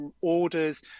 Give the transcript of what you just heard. orders